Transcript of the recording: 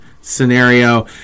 scenario